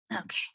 Okay